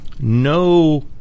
No